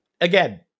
again